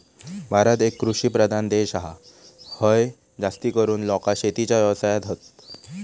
भारत एक कृषि प्रधान देश हा, हय जास्तीकरून लोका शेतीच्या व्यवसायात हत